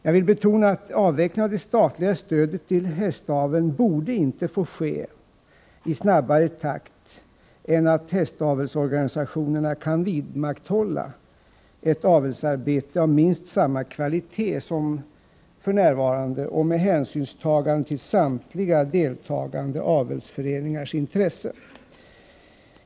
Jag vill betona att avvecklingen av det statliga stödet till hästaveln inte borde få ske i snabbare takt än att hästavelsorganisationerna kan vidmakthålla ett avelsarbete av minst samma kvalitet som för närvarande och med hänsynstagande till samtliga deltagande avelsföreningars intresse.